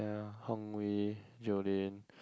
ya Hong-Wei Jolyn